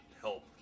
help